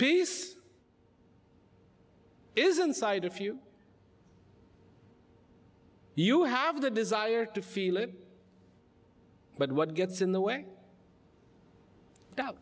this isn't side if you you have the desire to feel it but what gets in the way that